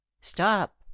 Stop